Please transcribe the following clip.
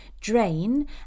Drain